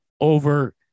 over